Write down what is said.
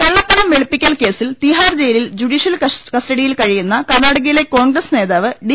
കള്ളപ്പണം വെളുപ്പിക്കൽ കേസിൽ തിഹാർ ജയിലിൽ ജുഡീ ഷ്യൽ കസ്റ്റഡിയിൽ കഴിയുന്ന കർണാടകയിലെ കോൺഗ്രസ് നേതാവ് ഡി